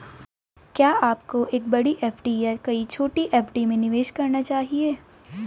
क्या आपको एक बड़ी एफ.डी या कई छोटी एफ.डी में निवेश करना चाहिए?